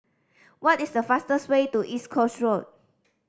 what is the fastest way to East Coast Road